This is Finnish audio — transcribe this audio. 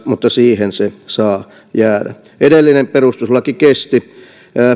mutta siihen se saa jäädä edellinen perustuslaki kesti